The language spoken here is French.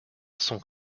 sont